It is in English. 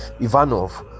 Ivanov